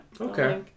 Okay